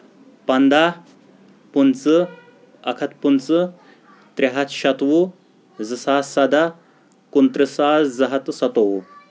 پَنٛداہ پٕنٛژٕہ اکھ ہَتھ پٕنٛژٕہ ترے ہَتھ شَتہٕ وُہ زٕ ساسا سَدہ کُنہٕ ترٕٛہ ساس زٕ ہَتھ تہٕ سَتووُہ